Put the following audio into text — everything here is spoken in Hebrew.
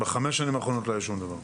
בחמש השנים האחרונות לא היה שום דבר.